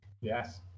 yes